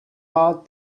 heart